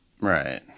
Right